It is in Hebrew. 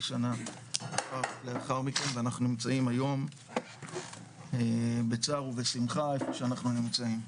שנה לאחר מכן ואנחנו נמצאים היום בצער ובשמחה שאנחנו נמצאים.